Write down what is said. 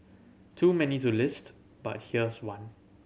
too many too list but here's one